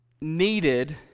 needed